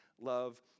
love